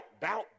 doubt